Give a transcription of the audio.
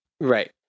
Right